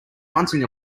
bunting